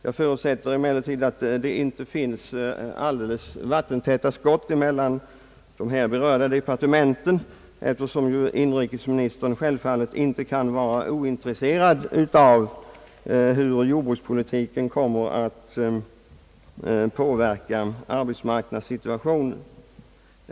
Jag förutsätter emellertid att det inte är alldeles vattentäta skott mellan inrikesoch jordbruksdepartementen, eftersom inrikesministern självfallet inte kan vara ointresserad av hur jordbrukspolitiken kommer att påverka arbetsmarknadssituationen.